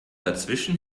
dazwischen